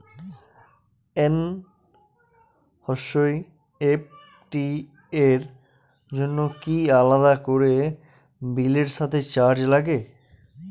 NEFT র জন্য কি আলাদা করে বিলের সাথে চার্জ লাগে?